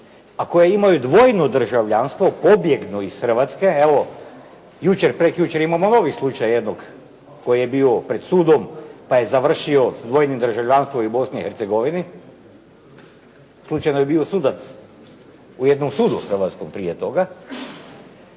koje imaju dvojno državljanstvo objektno iz Hrvatske, a evo jučer, prekjučer imamo novi slučaj jednog koji je bio pred sudom, pa je završio s dvojnim državljanstvom u Bosne i Hercegovini slučajno je bio sudac u jednom sudu hrvatskom prije toga,